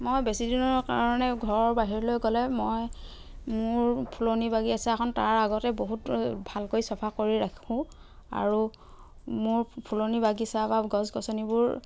মই বেছি দিনৰ কাৰণে ঘৰৰ বাহিৰলৈ গ'লে মই মোৰ ফুলনি বাগিচাখন তাৰ আগতে বহুত ভালকৈ চফা কৰি ৰাখোঁ আৰু মোৰ ফুলনি বাগিচা বা গছ গছনিবোৰ